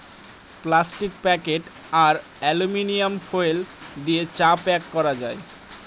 plastic packet আর aluminium foil দিয়ে চা প্যাক করা যায়